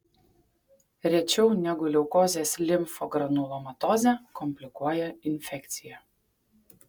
rečiau negu leukozės limfogranulomatozę komplikuoja infekcija